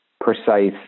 precise